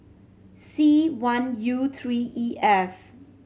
C one U three E F